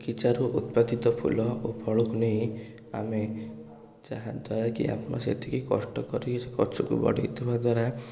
ବଗିଚାରୁ ଉତ୍ପାଦିତ ଫୁଲ ଓ ଫଳକୁ ନେଇ ଆମେ ଯାହାଦ୍ଵାରା କି ଆପଣ ସେତିକି କଷ୍ଟ କରି ଗଛକୁ ବଢ଼େଇ ଥିବା ଦ୍ଵାରା